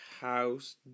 House